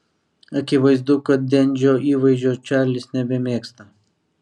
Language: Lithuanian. akivaizdu kad dendžio įvaizdžio čarlis nebemėgsta